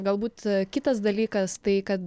galbūt kitas dalykas tai kad